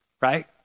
right